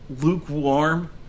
lukewarm